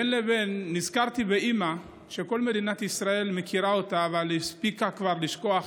בין לבין נזכרתי באימא שכל מדינת ישראל מכירה אבל הספיקה כבר לשכוח.